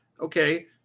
okay